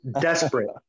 Desperate